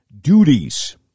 duties